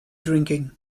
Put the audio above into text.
drinking